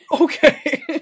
Okay